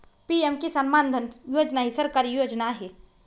PM Kisan Maandhan Yojana ही सरकारी योजना आहे